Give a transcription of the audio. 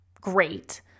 great